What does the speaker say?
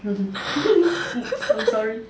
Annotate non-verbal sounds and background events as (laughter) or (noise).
(laughs) I'm sorry